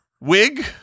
wig